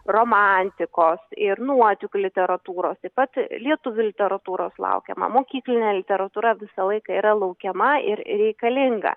romantikos ir nuotykių literatūros taip pat lietuvių literatūros laukiama mokyklinė literatūra visą laiką yra laukiama ir reikalinga